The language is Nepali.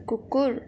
कुकुर